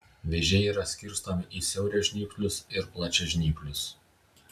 vėžiai yra skirstomi į siauražnyplius ir plačiažnyplius